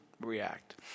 react